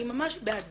אני ממש בעד ביקורת,